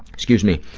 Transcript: excuse me,